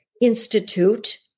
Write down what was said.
institute